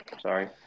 sorry